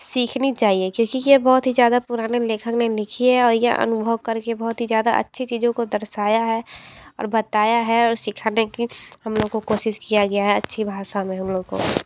सीखनी चाहिए क्योंकि ये बहुत ही ज्यादा पुराने लेखन में लिखी है और यह अनुभव करके बहुत ही ज़्यादा अच्छी चीज़ों को दर्शाया है और बताया है और सीखाने की हम लोगों को कोशिश किया गया है अच्छी भाषा में हम लोग को